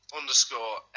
underscore